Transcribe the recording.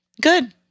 Good